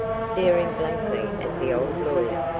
staring blankly at the old lawyer,